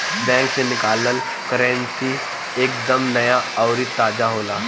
bank से निकालल currency एक दम नया अउरी ताजा होला